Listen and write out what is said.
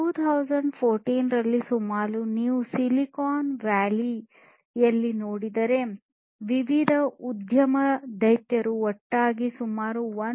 2014 ರಲ್ಲಿ ನೀವು ಸಿಲಿಕಾನ್ ವ್ಯಾಲಿಯಲ್ಲಿ ನೋಡಿದರೆ ವಿವಿಧ ಉದ್ಯಮ ದೈತ್ಯರು ಒಟ್ಟಾಗಿ ಸುಮಾರು 1